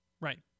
Right